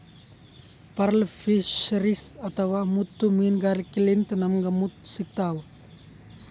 pearl fisheries ಅಥವಾ ಮುತ್ತ್ ಮೀನ್ಗಾರಿಕೆಲಿಂತ್ ನಮ್ಗ್ ಮುತ್ತ್ ಸಿಗ್ತಾವ್